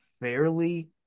fairly